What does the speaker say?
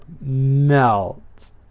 melt